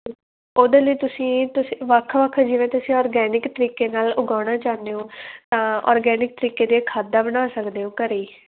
ਉਹਦੇ ਲਈ ਤੁਸੀਂ ਤੁਸੀਂ ਵੱਖ ਵੱਖ ਜਿਵੇਂ ਤੁਸੀਂ ਔਰਗੈਨਿਕ ਤਰੀਕੇ ਨਾਲ ਉਗਾਉਣਾ ਚਾਹੁੰਦੇ ਹੋ ਤਾਂ ਔਰਗੈਨਿਕ ਤਰੀਕੇ ਦੀਆਂ ਖਾਦਾਂ ਬਣਾ ਸਕਦੇ ਹੋ ਘਰੇ